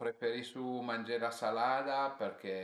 Preferisu mangé 'na salada perché